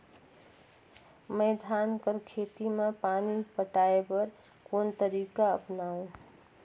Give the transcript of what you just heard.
मैं धान कर खेती म पानी पटाय बर कोन तरीका अपनावो?